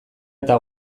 eta